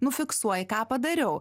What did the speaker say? nu fiksuoji ką padariau